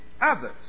others